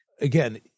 Again